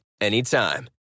anytime